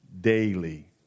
daily